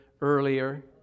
Earlier